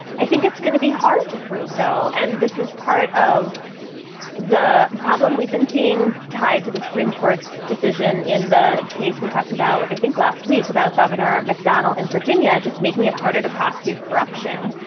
i think it's gonna be hard to prove, though, and this is part of the problem we've been seeing tied to the supreme court's decision in the case. we talked about, i think, last week about governor mcdonnell and virginia just making it harder to prosecute corruption.